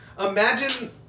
imagine